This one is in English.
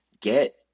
get